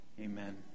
Amen